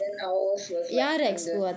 then I was அந்த:andha